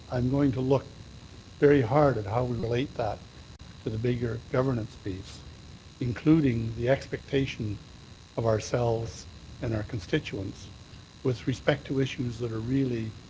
i'm going to look very hard at how we relate that to the bigger governance piece including the expectation of ourselves and our constituents with respect to issues that are really